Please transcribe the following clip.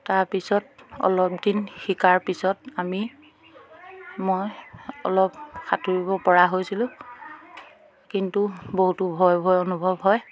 তাৰ পিছত অলপ দিন শিকাৰ পিছত আমি মই অলপ সাঁতুৰিব পৰা হৈছিলোঁ কিন্তু বহুতো ভয় ভয় অনুভৱ হয়